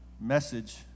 message